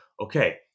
okay